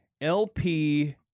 LP